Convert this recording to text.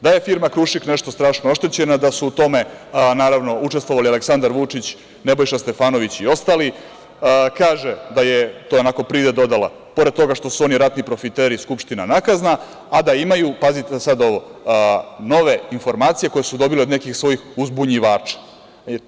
Da je firma „Krušik“ nešto strašno oštećena da su u tome, naravno, učestvovali Aleksandar Vučić, Nebojša Stefanović i ostali, kaže i to je onako pride dodala – pored toga što su oni ratni profiteri, Skupština nakazna, a da imaju, pazite sada ovo – nove informacije koje su dobili od nekih svojih uzbunjivača.